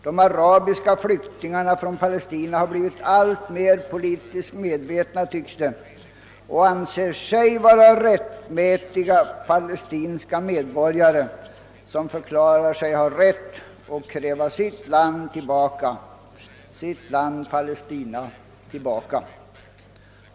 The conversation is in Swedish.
De arabiska flyktingarna från Palestina tycks ha blivit alltmer politiskt medvetna och anser sig vara rättmätiga palestinska medborgare som har rätt att kräva att få sitt land, Palestina, tillbaka.